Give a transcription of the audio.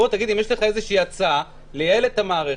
בוא תגיד אם יש לך איזושהי הצעה לייעל את המערכת,